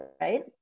right